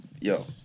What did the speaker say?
Yo